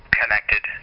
connected